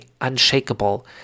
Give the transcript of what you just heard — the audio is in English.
unshakable